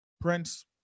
Prince